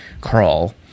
crawl